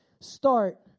Start